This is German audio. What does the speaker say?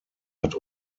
hat